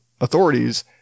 authorities